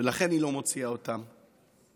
ולכן היא לא מוציאה אותם החוצה.